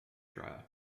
dryer